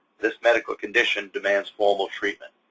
this medical condition demands formal treatment.